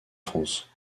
france